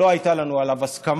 לא הייתה לנו הסכמה,